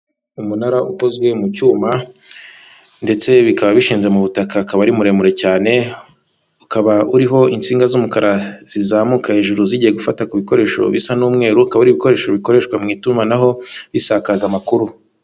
Umunara ukozwe mu cyuma ndetse bikaba bishinze mu butaka akaba ari muremure cyane, ukaba uriho insinga z'umukara zizamuka hejuru zigiye gufata ku bikoresho bisa n'umweru akaba ari ibikoresho bikoreshwa mu itumanaho bisakaza amakuru.